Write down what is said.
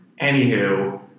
Anywho